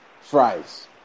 fries